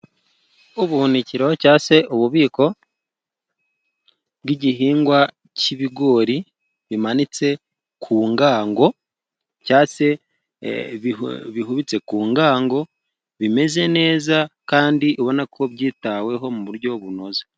Ubuhunikiro cyangwa se ububiko bw'igihingwa cy'ibigori bimanitse ku ngango cyangwa se bihubitse ku ngango, bimeze neza kandi ubona ko byitaweho mu buryo bunoze.